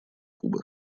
кубы